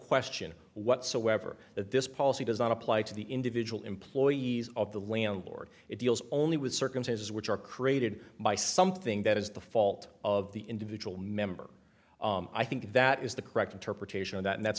question whatsoever that this policy does not apply to the individual employees of the landlord it deals only with circumstances which are created by something that is the fault of the individual member i think that is the correct interpretation of that and that's